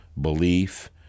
Belief